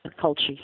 culture